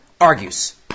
argues